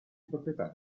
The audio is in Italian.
proprietà